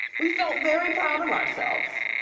we felt very proud of ourselves.